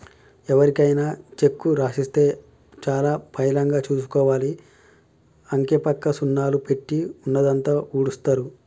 ఎవరికైనా చెక్కు రాసిస్తే చాలా పైలంగా చూసుకోవాలి, అంకెపక్క సున్నాలు పెట్టి ఉన్నదంతా ఊడుస్తరు